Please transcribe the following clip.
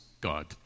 God